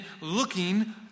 looking